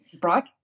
Brock